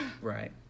Right